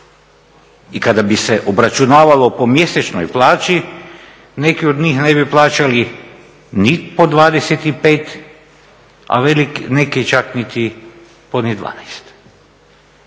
i kada bi se obračunavalo po mjesečnoj plaći neki od njih ne bi plaćali ni po 25 a neki čak niti po ni 12.